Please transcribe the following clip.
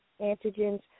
antigens